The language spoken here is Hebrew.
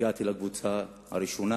הגעתי לקבוצה הראשונה